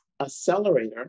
accelerator